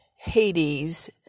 Hades